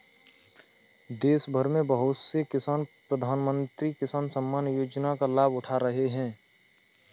देशभर में बहुत से किसान प्रधानमंत्री किसान सम्मान योजना का लाभ उठा रहे हैं